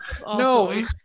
no